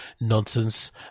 nonsense